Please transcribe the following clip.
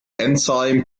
enzyme